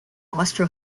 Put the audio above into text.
austro